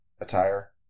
attire